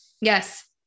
yes